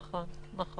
נכון.